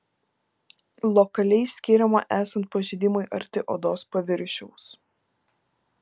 lokaliai skiriama esant pažeidimui arti odos paviršiaus